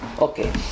okay